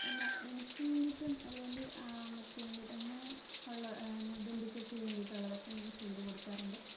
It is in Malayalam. എനിക്ക് വേണ്ടിയിട്ടും അല്ലേൽ എൻ്റെ അമ്മക്ക് വേണ്ടിയിട്ടും അങ്ങനെയുള്ള പിന്നെ ബന്ധുക്കൾക്ക് വേണ്ടിയിട്ടുള്ളതൊക്കെ ഞാൻ ചെയ്തു കൊടുക്കാറുണ്ട്